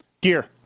gear